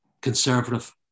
conservative